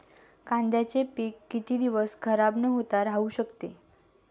कांद्याचे पीक किती दिवस खराब न होता राहू शकते?